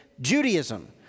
Judaism